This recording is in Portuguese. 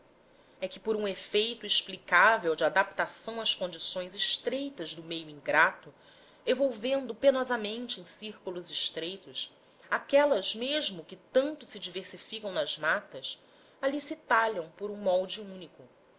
é que por um efeito explicável de adaptação às condições estreitas do meio ingrato evolvendo penosamente em círculos estreitos aquelas mesmo que tanto se diversificam nas matas ali se talham por um molde único